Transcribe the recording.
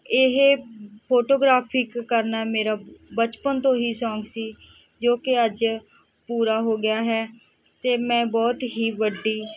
ਇਹ ਫੋਟੋਗ੍ਰਾਫੀ ਕ ਕਰਨਾ ਮੇਰਾ ਬਚਪਨ ਤੋਂ ਹੀ ਸੌਕ ਸੀ ਜੋ ਕਿ ਅੱਜ ਪੂਰਾ ਹੋ ਗਿਆ ਹੈ ਅਤੇ ਮੈਂ ਬਹੁਤ ਹੀ ਵੱਡੀ